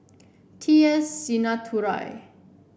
T S Sinnathuray